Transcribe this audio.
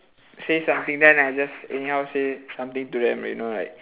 say something then I just anyhow say something to them you know like